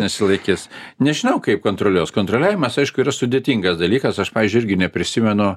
nesilaikys nežinau kaip kontroliuos kontroliavimas aišku yra sudėtingas dalykas aš pavyzdžiui irgi neprisimenu